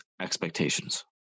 expectations